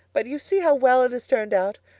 but you see how well it has turned out.